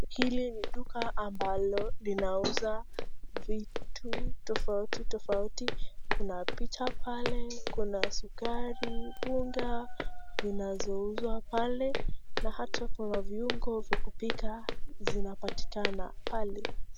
Hili ni duka ambalo linauza vitu tofauti tofauti kuna picha pale kuna sukari unga zinazouzwa pale na hata kuna viungo vya kupika zinapatikana pale